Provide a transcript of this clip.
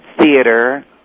theater